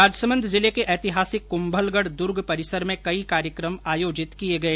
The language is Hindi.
राजसमंद जिले के एतिहासिक कुंभलगढ दुर्ग परिसर में कई कार्यक्रम आयोजित किए गए